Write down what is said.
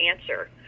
answer